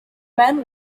men